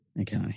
okay